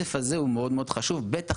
שהרצף הזה מאוד חשוב, בטח